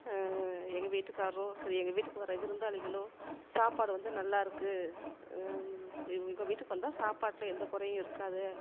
எங்கள் வீட்டுக்காரரும் சரி எங்கள் வீட்டுக்கு வர்ற விருந்தாளிகளும் சாப்பாடு வந்து நல்லா இருக்கு இவங்க வீட்டுக்கு வந்தால் சாப்பாட்டில் எந்தக் குறையும் இருக்காது